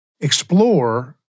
explore